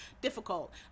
difficult